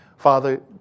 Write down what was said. Father